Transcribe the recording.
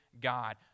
God